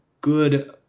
good